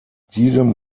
diesem